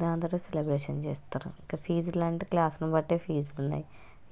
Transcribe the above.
దాంతోనే సెలబ్రేషన్ చేస్తారు ఇంకా ఫీజులు అంటే క్లాసులు బట్టి ఫీజులు ఉన్నాయి